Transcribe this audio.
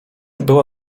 była